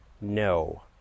no